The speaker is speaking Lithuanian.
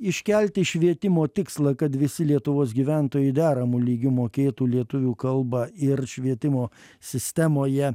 iškelti švietimo tikslą kad visi lietuvos gyventojai deramu lygiu mokėtų lietuvių kalbą ir švietimo sistemoje